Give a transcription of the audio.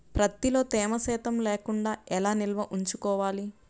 ప్రత్తిలో తేమ శాతం లేకుండా ఎలా నిల్వ ఉంచుకోవాలి?